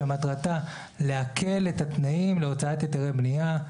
שמטרתה להקל את התנאים להוצאת היתרי בנייה,